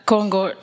Congo